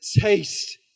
taste